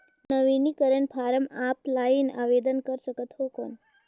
नवीनीकरण form offline आवेदन कर सकत हो कौन?